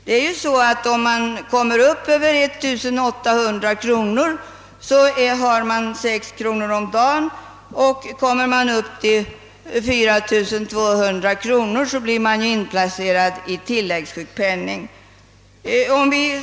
Vid en inkomst över 1800 kronor om året har man rätt till 6 kronor om dagen i sjukpenning, och kommer man upp över 2400 kronor om året blir man inplacerad i tilläggssjukpenningsystemet.